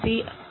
C ആണ്